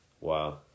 Wow